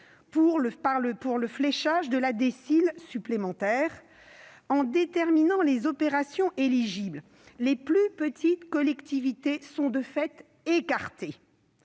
pour le fléchage de la DSIL supplémentaire, en déterminant les opérations éligibles, les plus petites collectivités sont de fait écartées.